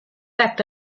acte